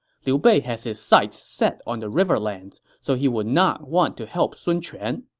liu bei has his sights set on the riverlands, so he would not want to help sun quan.